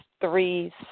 three